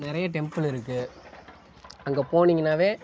நிறைய டெம்புள் இருக்குது அங்கே போனீங்கனாவே